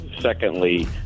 Secondly